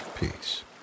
peace